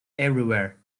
everywhere